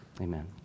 amen